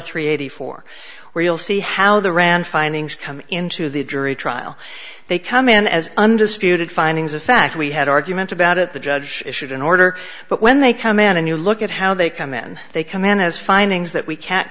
three eighty four where you'll see how the rand findings come into the jury trial they come in as undisputed findings of fact we had argument about it the judge issued an order but when they come in and you look at how they come in they command has findings that we can't